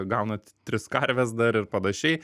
gaunat tris karves dar ir panašiai